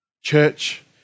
Church